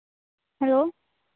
hello